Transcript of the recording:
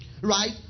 Right